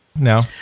No